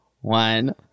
one